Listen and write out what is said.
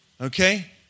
Okay